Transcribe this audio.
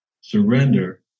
surrender